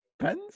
Pens